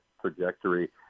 trajectory